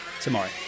tomorrow